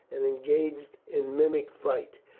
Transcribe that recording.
and engaged in mimic fight.